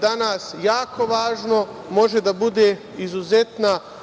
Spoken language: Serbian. danas jako važno, može da bude izuzetna